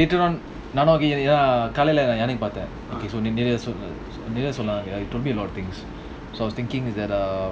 later on நான்காலைலஎழுந்துபார்த்தேன்:nan kalaila elunthu parthen okay so என்னசொன்னாங்கன்னா:enna panna sonnangana he told me a lot of things so I was thinking is that uh